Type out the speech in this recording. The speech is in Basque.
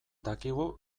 dakigu